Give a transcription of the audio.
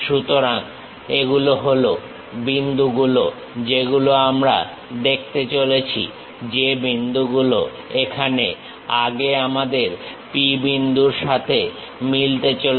সুতরাং এগুলো হলো বিন্দুগুলো যেগুলো আমরা দেখতে চলেছি যে বিন্দুগুলো এখানে আগে আমাদের P বিন্দুর সঙ্গে মিলতে চলেছে